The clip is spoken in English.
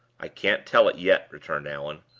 i can't tell it yet, returned allan.